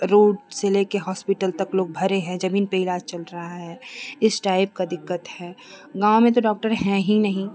road से लेके hospital तक लोग भरे हैं जमीन पे ईलाज चल रहा है इस टाइप का दिक्कत है गाँव में तो डॉक्टर है ही नहीं